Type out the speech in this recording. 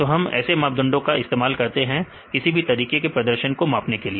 दो हम ऐसे मापदंडों का इस्तेमाल करते हैं किसी भी तरीके के प्रदर्शन को मापने के लिए